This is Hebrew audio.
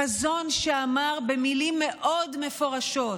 חזון שאמר במילים מפורשות מאוד: